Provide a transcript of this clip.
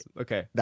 Okay